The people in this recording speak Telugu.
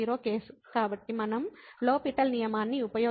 కాబట్టి మనం లో పిటల్ L'Hospital నియమాన్ని ఉపయోగించవచ్చు